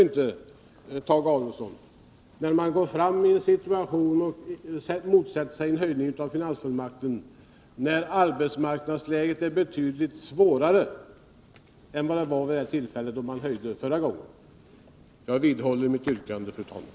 Det går inte ihop, Tage Adolfsson. Jag vidhåller mitt yrkande, fru talman.